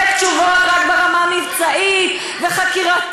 אי-אפשר לספק תשובות רק ברמה המבצעית והחקירתית.